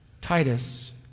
Titus